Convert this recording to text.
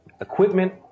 equipment